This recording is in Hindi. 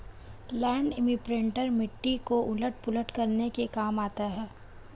लैण्ड इम्प्रिंटर मिट्टी को उलट पुलट करने के काम आता है